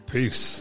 Peace